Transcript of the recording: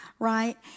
Right